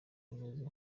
ameze